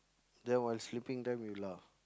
then while sleeping time you laugh